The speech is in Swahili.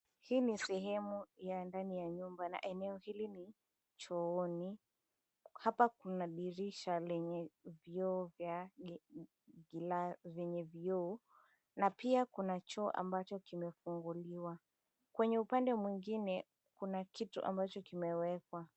Hii ni sehemu ya ndani ya nyumba, na eneo hili ni chooni, hapa kuna dirisha lenye vioo vya venye vioo, na pia kuna choo ambacho kimefunguliwa, kwenye upande mwengine kuna kitu ambacho kimewekwa.